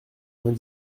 vingt